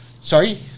sorry